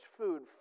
food